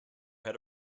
had